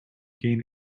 gain